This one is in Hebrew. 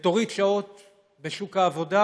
ותוריד שעות בשוק העבודה,